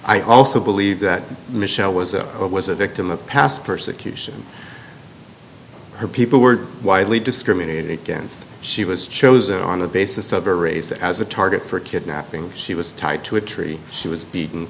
i also believe that michelle was a was a victim of past persecution her people were widely discriminated against she was chosen on the basis of her race as a target for kidnapping she was tied to a tree she was beaten